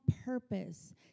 purpose